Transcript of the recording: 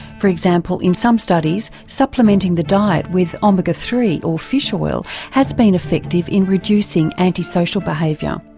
for example in some studies, supplementing the diet with omega three or fish oil has been effective in reducing antisocial behaviour.